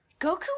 Goku